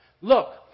Look